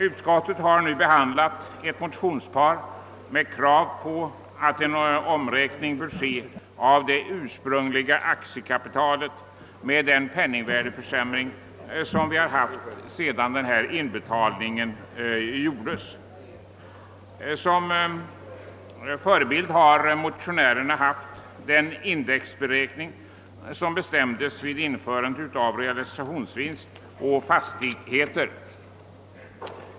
Utskottet har nu behandlat ett motionspar med krav på att en omräkning bör göras av det ursprungliga aktiekapitalet med hänsyn till den penningvärdeförsämring vi haft sedan denna inbetalning gjordes. Som förebild har motionärerna haft den indexberäkning som bestämdes vid införandet av den nya beskattningen av realisationsvinst på fastigheter.